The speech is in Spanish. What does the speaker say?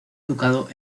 educado